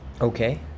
okay